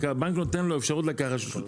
הבנק נותן לו אפשרות לקחת.